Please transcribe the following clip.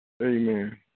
Amen